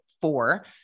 four